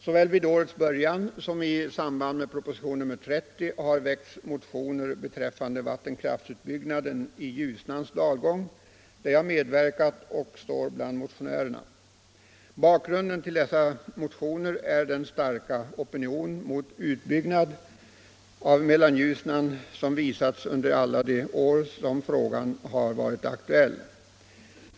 Såväl vid årets början som i samband med propositionen 30 har väckts motioner rörande vattenkraftsutbyggnaden i Ljusnans dalgång, där jag står bland motionärerna. Bakgrunden till de motionerna är den starka opinion mot utbyggnad av Mellanljusnan och Härjedalsljusnan som har förefunnits under alla de år frågan har varit aktuell.